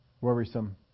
worrisome